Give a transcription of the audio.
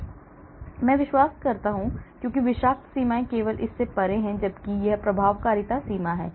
इसलिए मैं विश्वास कर सकता हूं क्योंकि विषाक्त सीमाएं केवल इससे परे हैं जबकि यह प्रभावकारिता सीमा है